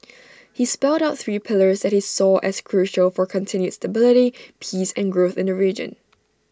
he spelt out three pillars that he saw as crucial for continued stability peace and growth in the region